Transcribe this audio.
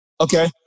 Okay